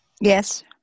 Yes